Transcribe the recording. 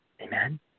Amen